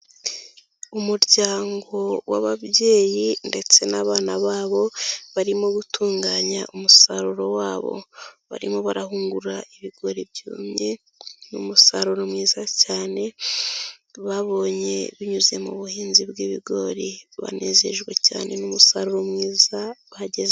Umuryango w'ababyeyi ndetse n'abana babo, barimo gutunganya umusaruro wabo, barimo barahungura ibigori byumye n'umusaruro mwiza cyane, babonye binyuze mu buhinzi bw'ibigori, banezejwe cyane n'umusaruro mwiza bagezeho.